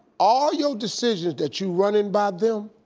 all your decisions that you runnin' by them,